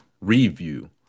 review